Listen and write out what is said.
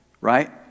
Right